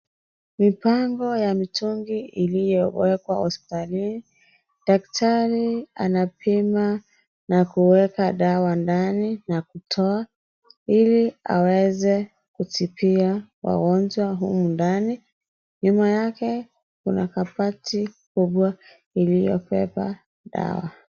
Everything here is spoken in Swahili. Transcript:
Nimepango ya mitungi iliyowekwa hospitalini. Daktari anapima na kuweka dawa ndani na kutoa ili aweze kutibia wagonjwa humu ndani. Nyuma yake kuna kabati kubwa iliyobeba dawa.